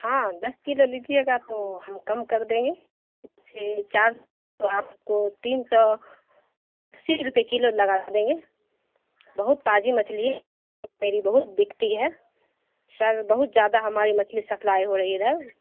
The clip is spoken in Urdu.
ہاں دس کلو لیجیے گا تو ہم کم کر دیں گے چار تو آپ کو تین سو اسی روپئے کلو لگا دیں گے بہت تازی مچھلی ہے میری بہت بکتی ہے سر بہت زیادہ ہماری مچھلی سپلائی ہو رہی ادھر